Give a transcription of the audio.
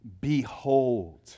Behold